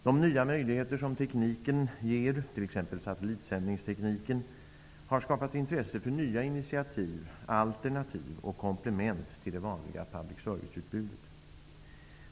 De nya möjligheter som tekniken ger, t.ex. satellitsändningstekniken, har skapat intresse för nya initiativ, alternativ och komplement till det vanliga public service-utbudet.